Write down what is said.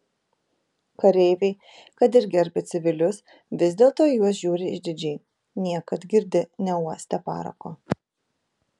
kareiviai kad ir gerbia civilius vis dėlto į juos žiūri išdidžiai niekad girdi neuostę parako